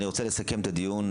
רוצה לסכם את הדיון.